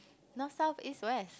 North South East West